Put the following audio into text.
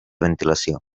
ventilació